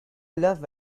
love